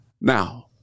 Now